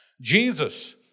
Jesus